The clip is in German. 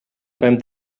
beim